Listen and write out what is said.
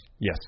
Yes